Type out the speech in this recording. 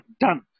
done